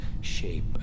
shape